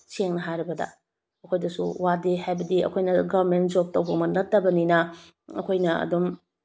ꯁꯦꯡꯅ ꯍꯥꯏꯔꯕꯗ ꯑꯩꯈꯣꯏꯗꯁꯨ ꯋꯥꯗꯦ ꯍꯥꯏꯕꯗꯤ ꯑꯩꯈꯣꯏꯅ ꯒꯣꯕꯔꯃꯦꯟ ꯖꯣꯕ ꯇꯧꯕꯃꯛ ꯅꯠꯇꯕꯅꯤꯅ ꯑꯩꯈꯣꯏꯅ ꯑꯗꯨꯝ